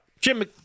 Jim